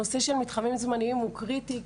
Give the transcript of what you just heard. הנושא של מתחמים זמניים הוא קריטי,